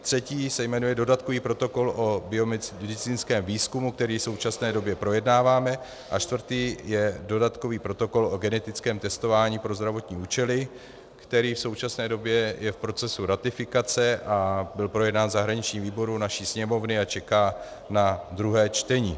Třetí se jmenuje dodatkový protokol o biomedicínském výzkumu, který v současné době projednáváme, a čtvrtý je dodatkový protokol o genetickém testování pro zdravotní účely, který je v současné době v procesu ratifikace a byl projednán v zahraničním výboru naší sněmovny a čeká na druhé čtení.